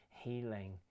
healing